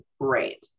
great